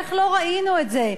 איך לא ראינו את זה?